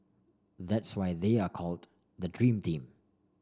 that's why they are called the dream team